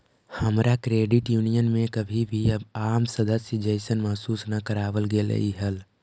हमरा credit union में कभी भी आम सदस्य जइसन महसूस न कराबल गेलई हल